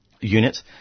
unit